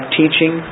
teaching